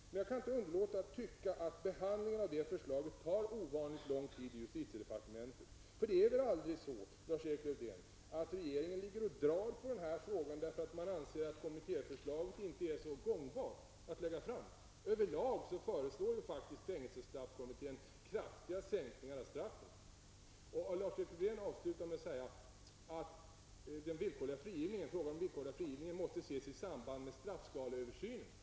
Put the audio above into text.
Men jag kan inte underlåta att tycka att behandlingen av det förslaget tar ovanligt lång tid i justitiedepartementet. För det är väl aldrig så, Lars-Erik Lövdén, att regeringen ligger och drar på den här frågan därför att man anser att kommittéförslaget inte är så gångbart att lägga fram? Överlag föreslår faktiskt fängelsestraffkommittén kraftiga sänkningar av straffen. Lars-Erik Lövdén avslutar med att säga att frågan om halvtidsfrigivningen måste ses i samband med straffskaleöversynen. Varför det?